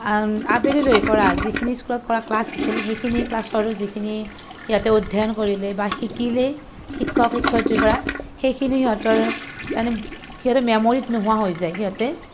আবেলি লৈ কৰা যিখিনি স্কুলত কৰা ক্লাছ আছিল সেইখিনি ক্লাছৰ যিখিনি সিহঁতে অধ্য়য়ন কৰিলে বা শিকিলে শিক্ষক শিক্ষয়িত্ৰীৰ পৰা সেইখিনি সিহঁতৰ তাৰমানে সিহঁতে মেম'ৰীত নোহোৱা হৈ যায় সিহঁতে